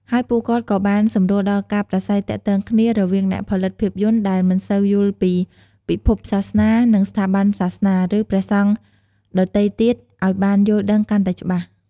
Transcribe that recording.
ហើយពួកគាត់ក៏បាន សម្រួលដល់ការប្រាស្រ័យទាក់ទងគ្នា រវាងអ្នកផលិតភាពយន្តដែលមិនសូវយល់ពីពិភពសាសនា និង ស្ថាប័នសាសនា ឬព្រះសង្ឃដទៃទៀតអោយបានយល់ដឹងកាន់តែច្បាស់។